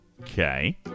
Okay